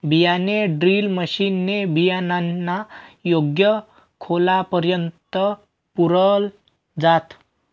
बियाणे drill machine ने बियाणांना योग्य खोलापर्यंत पुरल जात